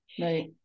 Right